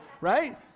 right